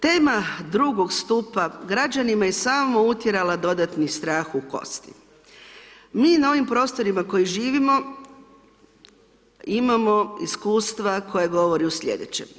Tema drugog stupa građanima je samo utjerala dodatni strah u kosti, mi na ovim prostorima koji živimo, imamo iskustva koja govore slijedeće.